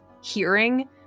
hearing